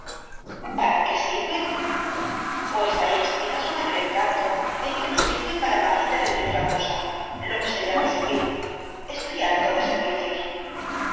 para qué sirve pues ahí estriba su mayor encanto en que no sirve para maldita de dios la cosa lo que se llama servir estoy harto de servicios de